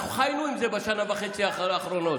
אנחנו חיינו עם זה בשנה וחצי האחרונות.